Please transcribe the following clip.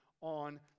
on